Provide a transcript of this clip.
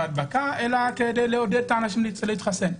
ההדבקה באופן אפידמיולוגי אלא כדי לעודד אנשים להתחסן.